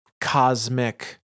cosmic